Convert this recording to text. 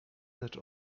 lecz